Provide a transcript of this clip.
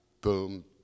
Boom